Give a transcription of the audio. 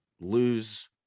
lose